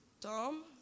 Tom